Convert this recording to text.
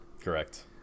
Correct